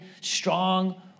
strong